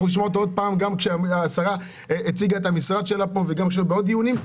נשמע עוד פעם גם כשהשרה הציגה את המשרד שלה וגם בעוד דיונים.